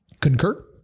concur